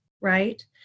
right